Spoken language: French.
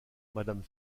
madame